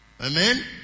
Amen